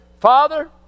Father